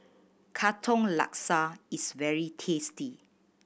Katong Laksa is very tasty